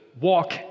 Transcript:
walk